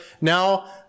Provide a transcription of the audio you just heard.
now